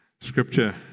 Scripture